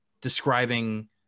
describing